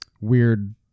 weird